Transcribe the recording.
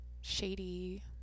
shady